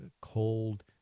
cold